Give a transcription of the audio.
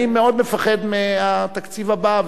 אני מאוד מפחד מהתקציב הבא.